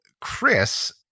Chris